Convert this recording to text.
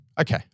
Okay